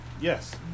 Yes